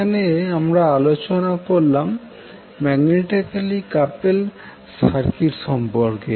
এখানে আমরা আলোচনা করলাম ম্যাগনেটিক্যালি কাপেলড সার্কিট সম্পর্কে